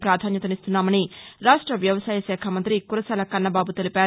ప్రాధాన్యతనిస్తున్నామని రాష్ట వ్యవసాయ శాఖ మంతి కురసాల కన్నబాబు తెలిపారు